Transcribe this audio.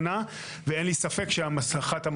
קודם כל אנחנו משתפרים משנה